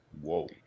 Whoa